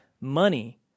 money